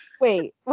Wait